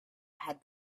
had